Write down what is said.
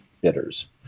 bidders